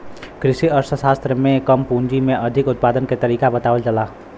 कृषि अर्थशास्त्र में कम पूंजी में अधिक उत्पादन के तरीका बतावल जाला